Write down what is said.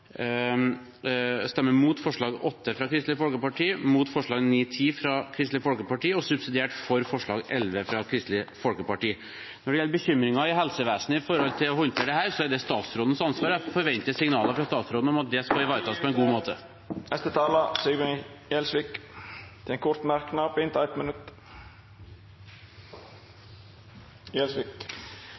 fra Kristelig Folkeparti, vi stemmer mot forslag 9 og 10 fra Kristelig Folkeparti, og vi stemmer subsidiært for forslag nr. 11 fra Kristelig Folkeparti. Om bekymringen i helsevesenet når det gjelder å håndtere dette, er det statsrådens ansvar, og jeg forventer signaler fra statsråden om at det skal ivaretas på en god måte. Representanten Sigbjørn Gjelsvik har hatt ordet to gonger tidlegare og får ordet til ein kort merknad, avgrensa til 1 minutt.